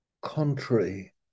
contrary